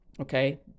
okay